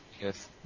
Yes